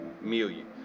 million